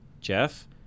Jeff